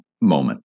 moment